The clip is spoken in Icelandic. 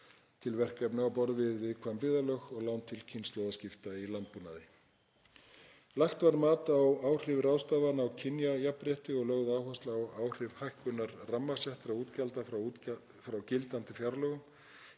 til verkefna á borð við viðkvæm byggðarlög og lán til kynslóðaskipta í landbúnaði. Lagt var mat á áhrif ráðstafana á kynjajafnrétti og lögð áhersla á áhrif hækkunar rammasettra útgjalda frá gildandi fjárlögum.